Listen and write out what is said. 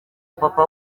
papa